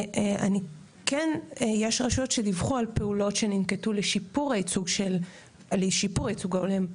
ויש רשויות שדיווחו על פעולות לשיפור הייצוג ההולם,